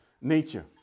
nature